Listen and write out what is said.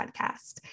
podcast